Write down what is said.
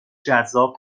جذاب